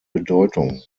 bedeutung